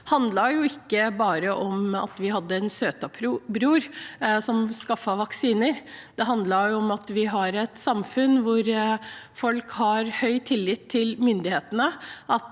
oss, handlet ikke bare om at vi hadde en «søta bror» som skaffet vaksiner. Det handlet om at vi har et samfunn hvor folk har høy tillit til myndighetene,